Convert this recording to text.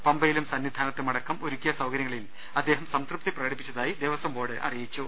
പമ്പയിലും സന്നിധാനത്തുമടക്കം ഒരുക്കിയ സൌകര്യങ്ങളിൽ അദ്ദേഹം സംതൃപ്തി പ്രകടിപ്പിച്ചതായി ദേവസ്വം ബോർഡ് അറിയിച്ചു